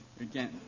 again